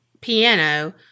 piano